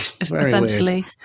Essentially